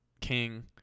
king